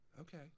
Okay